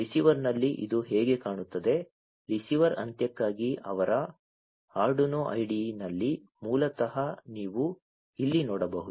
ರಿಸೀವರ್ನಲ್ಲಿ ಇದು ಹೇಗೆ ಕಾಣುತ್ತದೆ ರಿಸೀವರ್ ಅಂತ್ಯಕ್ಕಾಗಿ ಅವರ ಆರ್ಡುನೊ IDE ನಲ್ಲಿ ಮೂಲತಃ ನೀವು ಇಲ್ಲಿ ನೋಡಬಹುದು